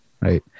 right